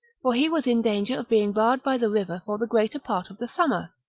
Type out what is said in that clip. for he was in danger of being barred by the river for the greater part of the summer,